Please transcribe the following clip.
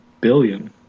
billion